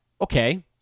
Okay